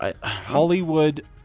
Hollywood